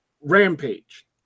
Rampage